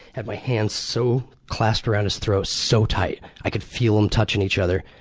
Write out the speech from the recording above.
had my hands so clasped around his throat so tight, i could feel them touching each other.